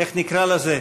איך נקרא לזה?